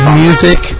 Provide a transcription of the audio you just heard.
music